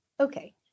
Okay